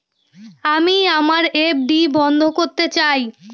আমি আমার এফ.ডি বন্ধ করতে চাই